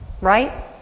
right